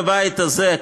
בבית הזה,